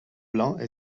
blancs